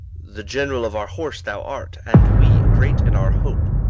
the general of our horse thou art and we, great in our hope,